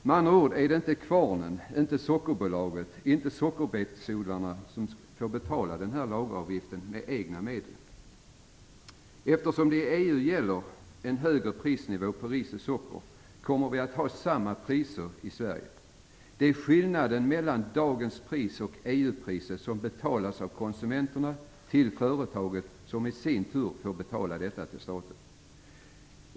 Med andra ord får inte Vårgårda Kvarn, Sockerbolaget eller sockerbetsodlarna betala denna lageravgift med egna medel. Eftersom det i EU är en högre prisnivå på ris och socker kommer vi att ha samma priser i Sverige. Det är skillnaden mellan dagens pris och EU-priset som betalas av konsumenterna till företaget, som i sin tur får betala detta till staten.